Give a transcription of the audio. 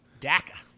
DACA